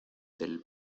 del